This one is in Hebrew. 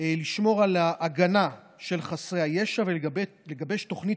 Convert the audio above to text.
לשמור על ההגנה של חסרי הישע ולגבש תוכנית